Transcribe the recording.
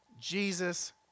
Jesus